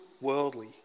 worldly